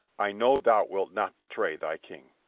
i know thou wilt not betray thy king.